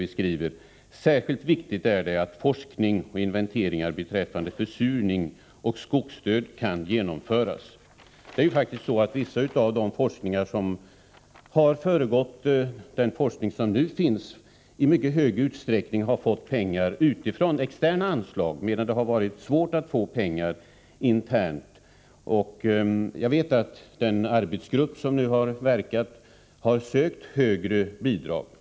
Vi skriver: ”Särskilt viktigt är det att forskning och inventeringar beträffande försurning och skogsdöd kan genomföras.” Det är ju faktiskt så att vissa delar av den forskning som föregått nuvarande forskning i mycket stor utsträckning har fått pengar utifrån externa anslag, medan det har varit svårt att få pengar internt. Jag vet att den arbetsgrupp som verkat har sökt högre bidrag.